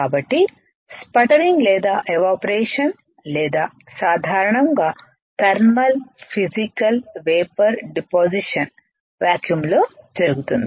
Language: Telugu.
కాబట్టి స్పటరింగ్ లేదా ఎవాపరేషన్ లేదా సాధారణంగా థర్మల్ ఫిసికల్ వేపర్ డిపాసిషన్ వాక్యూంలో జరుగుతుంది